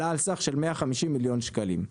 עלה על סך של 150 מיליון שקלים חדשים,